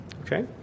Okay